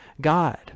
God